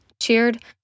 cheered